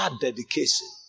dedication